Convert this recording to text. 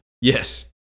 Yes